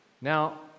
Now